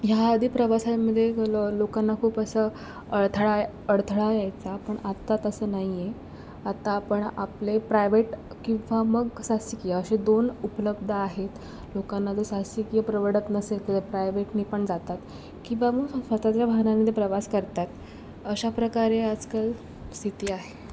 ह्या आधी प्रवासांमध्ये लो लोकांना खूप असं अळथळा अडथळा यायचा पण आत्ता तसं नाही आहे आत्ता आपण आपले प्रायवेट किंवा मग शासकीय असे दोन उपलब्ध आहेत लोकांना ज शासकीय परवडत नसेल तर प्राइवेटने पण जातात किंवा मग स्वत च्या वाहनांमध्ये प्रवास करतात अशा प्रकारे आजकाल स्थिती आहे